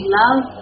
love